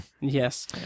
yes